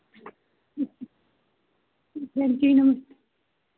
ठीक है जी नमस्ते